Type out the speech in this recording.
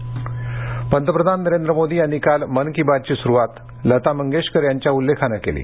मन की बात पंतप्रधान नरेंद्र मोदी यांनी काल मन की बातची सुरूवात लता मंगेशकर यांच्या उल्लेखानं केली